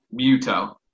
Muto